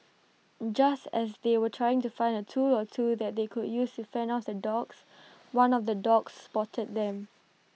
just as they were trying to find A tool or two that they could use to fend off the dogs one of the dogs spotted them